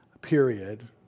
period